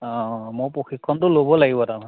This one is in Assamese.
অঁ অঁ মই প্ৰশিক্ষণটো ল'ব লাগিব তাৰমানে